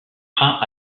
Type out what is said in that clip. freins